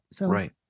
Right